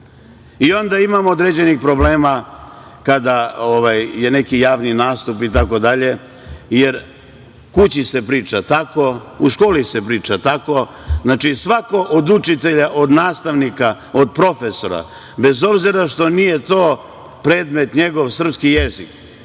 Onda imamo određenih problema kada je neki javni nastup itd. jer kući se priča tako, u školi se priča tako. Znači, svako od učitelja, od nastavnika, od profesora, bez obzira što nije predmet njegov srpski jezik,